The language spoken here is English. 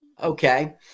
Okay